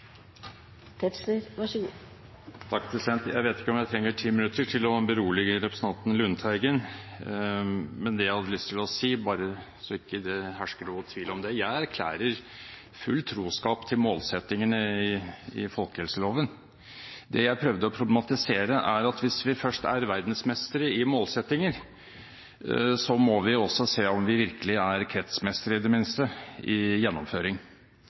til å berolige representanten Lundteigen, men det jeg hadde lyst til å si – bare så det ikke hersker noen tvil om det – er at jeg erklærer fullt troskap til målsettingene i folkehelseloven. Det jeg prøvde å problematisere, er at hvis vi først er verdensmestere i målsettinger, må vi også se om vi i det minste er kretsmestere i gjennomføring. Det